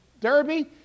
Derby